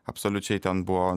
absoliučiai ten buvo